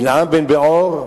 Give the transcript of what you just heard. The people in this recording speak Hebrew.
בלעם בן בעור,